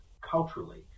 culturally